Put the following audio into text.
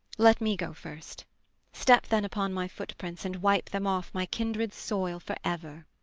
let me go first step then upon my footprints and wipe them off my kindred's soil for ever.